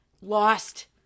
lost